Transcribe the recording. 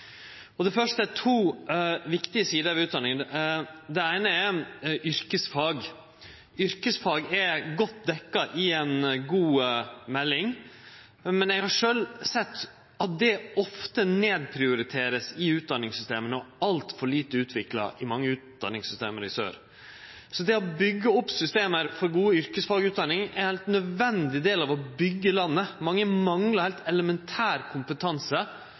Det første er at det er to viktige sider ved utdanning, og den eine er yrkesfag. Yrkesfag er godt dekt i ei god melding, men eg har sjølv sett at yrkesfag ofte vert nedprioritert i utdanningssystema, og at det er altfor lite utvikla i mange utdanningssystem i sør. Så det å byggje opp system for ei god yrkesfagutdanning er ein heilt nødvendig del av det å byggje landet. Mange manglar heilt elementær